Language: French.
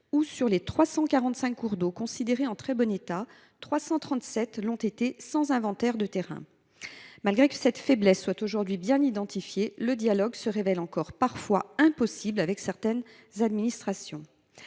sur les 345 cours d’eau classés en très bon état, 337 l’ont été sans inventaire de terrain. En dépit du fait que cette faiblesse est bien identifiée, le dialogue se révèle encore parfois impossible avec certaines administrations.